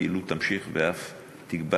והפעילות תימשך ואף תגבר,